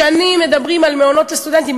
שנים מדברים על מעונות לסטודנטים,